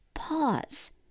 pause